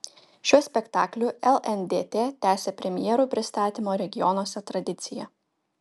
šiuo spektakliu lndt tęsia premjerų pristatymo regionuose tradiciją